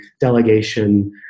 delegation